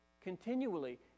continually